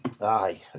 Aye